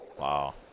Wow